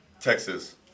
Texas